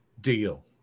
Deal